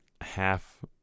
half